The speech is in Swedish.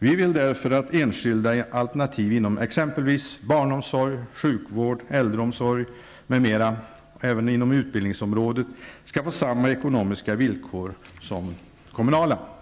Vi vill därför att enskilda alternativ inom exempelvis barnomsorg, sjukvård, äldreomsorg m.m. -- och även utbildningsområdet -- skall få samma ekonomiska villkor som kommunala alternativ.